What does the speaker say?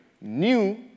new